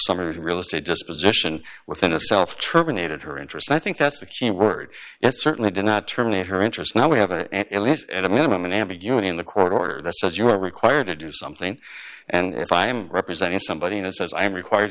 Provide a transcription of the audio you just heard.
some real estate disposition within a self terminated her interest i think that's the key word it certainly did not terminate her interest now we have it at least at a minimum an ambiguity in the court order that says you are required to do something and if i'm representing somebody who says i am required